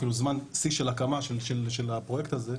אפילו זמן שיא של הקמה של הפרויקט הזה,